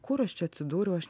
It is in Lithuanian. kur aš čia atsidūriau aš